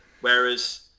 whereas